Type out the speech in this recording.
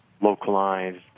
localized